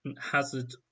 Hazard